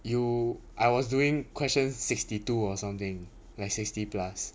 you I was doing question sixty two or something like sixty plus